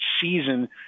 season